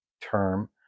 term